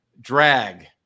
drag